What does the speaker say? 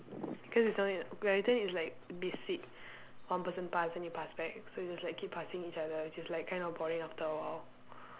cause it's only like badminton is like basic one person pass then you pass back so it's just like keep passing each other which is like kind of boring after a while